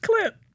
clip